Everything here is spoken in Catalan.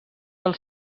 del